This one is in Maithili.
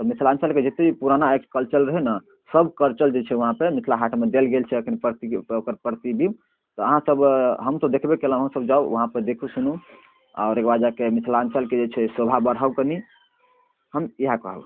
तऽ मिथिलाञ्चलके जते भी पुराना कल्चर रहै ने सब कल्चर जे छै से वहाँपर मिथिला हाटमे देल गेल छै एखन प्रति ओकर प्रतिबिम्ब तऽ अहाँ सब हम तऽ देखबे कयलहुँ हँ अहुँ सब जाउ वहाँपर देखु सुनु आओर ओइके बाद जाकऽ मिथिलाञ्चलके शोभा बढ़ाउ कनि हम इएह कहब